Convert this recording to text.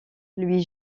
lui